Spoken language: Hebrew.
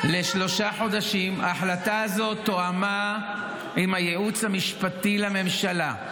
ההחלטה הזאת תואמה עם הייעוץ המשפטי לממשלה.